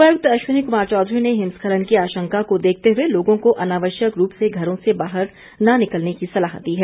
उपायुक्त अश्वनी कुमार चौधरी ने हिमस्खलन की आशंका को देखते हुए लोगों को अनावश्यक रूप से घरों से बाहर न निकलने की सलाह दी है